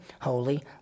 holy